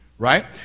Right